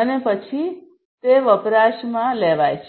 અને પછી તે વપરાશમાં લેવાય છે